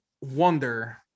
wonder